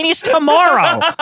tomorrow